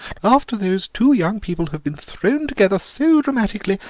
after those two young people have been thrown together so dramatically,